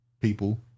People